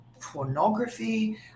pornography